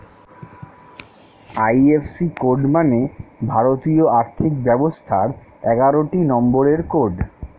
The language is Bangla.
আই.এফ.সি কোড মানে ভারতীয় আর্থিক ব্যবস্থার এগারোটি নম্বরের কোড